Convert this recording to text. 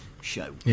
show